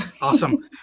Awesome